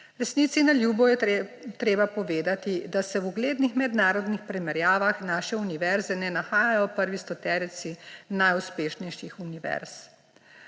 Resnici na ljubo je treba povedati, da se v uglednih mednarodnih primerjavah naše univerze ne nahajajo v prvi stoterici najuspešnejših univerz.